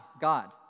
God